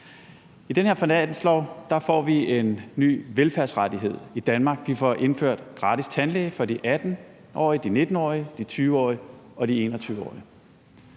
I den her finanslov får vi en ny velfærdsrettighed i Danmark. Vi får indført gratis tandlæge for de 18-årige, de 19-årige, de 20-årige og de 21-årige.